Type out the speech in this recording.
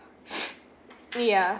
ya